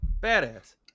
Badass